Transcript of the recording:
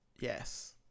yes